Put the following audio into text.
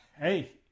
Hey